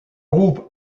groupe